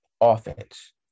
offense